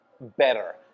Better